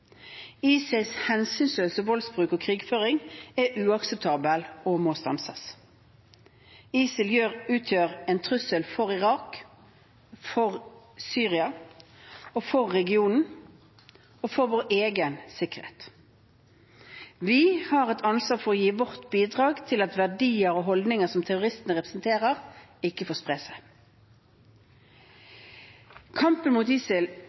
ISILs hensynsløse voldsbruk og krigføring er uakseptabel og må stanses. ISIL utgjør en trussel for Irak, for Syria og for regionen og for vår egen sikkerhet. Vi har et ansvar for å gi vårt bidrag til at verdier og holdninger som terroristene representerer, ikke får spre seg. Kampen mot